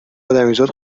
ادمیزاد